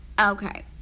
Okay